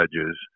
judges